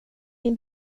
min